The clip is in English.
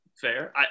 Fair